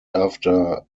after